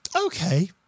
Okay